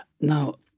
Now